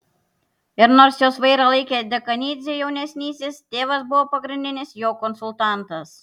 ir nors jos vairą laikė dekanidzė jaunesnysis tėvas buvo pagrindinis jo konsultantas